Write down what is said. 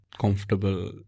comfortable